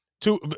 Two